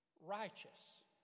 righteous